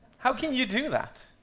how can you do that?